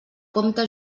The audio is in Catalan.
compte